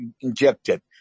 injected